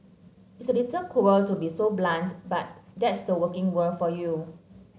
it's a little cruel to be so blunt but that's the working world for you